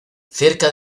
cerca